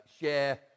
share